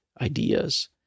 ideas